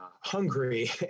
Hungary